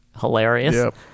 Hilarious